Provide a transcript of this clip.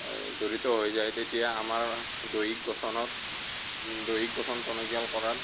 জড়িত হৈ যায় তেতিয়া আমাৰ দৈহিক গঠনত দৈহিক গঠন টনকিয়াল কৰাত